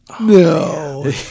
No